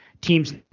teams